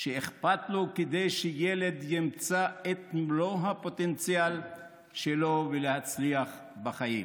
שאכפת לו כדי שילד ימצה את מלוא הפוטנציאל שלו להצליח בחיים.